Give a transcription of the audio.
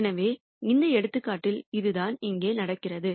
எனவே இந்த எடுத்துக்காட்டில் அதுதான் இங்கே நடக்கிறது